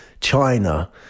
China